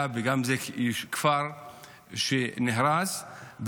וגם זה כפר שנהרס,